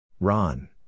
Ron